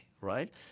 right